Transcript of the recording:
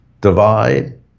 divide